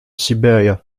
siberia